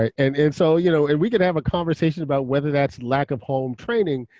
and and so you know and we can have a conversation about whether that's lack of home training,